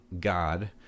God